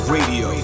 Radio